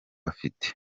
afite